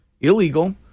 illegal